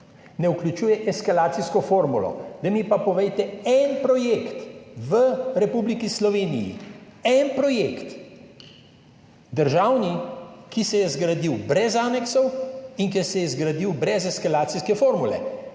ne vključuje eskalacijske formule. Zdaj mi pa povejte en projekt v Republiki Sloveniji, en državni projekt, ki se je zgradil brez aneksov in ki se je zgradil brez eskalacijske formule.